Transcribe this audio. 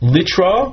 Litra